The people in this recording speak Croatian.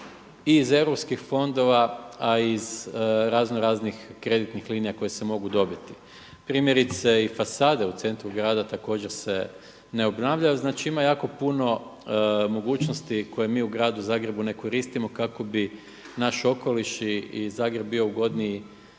i iz Europskih fondova, a i iz razno raznih kreditnih linija koje se mogu dobiti. Primjerice i fasade u centru grada također se ne obnavljaju. Znači ima jako puno mogućnosti koje mi u gradu Zagrebu ne koristimo kako bi naš okoliš i Zagreb bio ugodniji